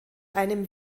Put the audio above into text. einem